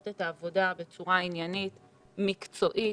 את העבודה בצורה עניינית ומקצועית,